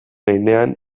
heinean